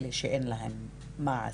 אלה שאין להן מעש,